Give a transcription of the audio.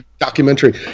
documentary